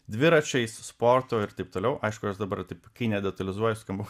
dviračiais sportu ir taip toliau aišku jos dabar taip kai nedetalizuoja skubu